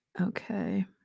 Okay